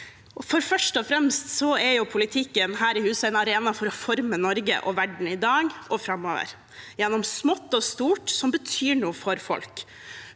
Først og fremst er politikken her i huset en arena for å forme Norge og verden, i dag og framover, gjennom smått og stort som betyr noe for folk.